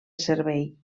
servei